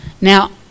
Now